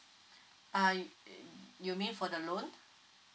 uh you mean for the loan